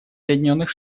соединенных